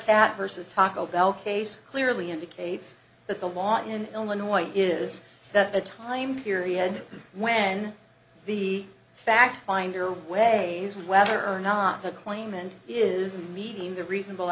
vs taco bell case clearly indicates that the law in illinois is that the time period when the fact finder ways whether or not the claimant is meeting the reasonable